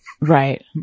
Right